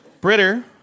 Britter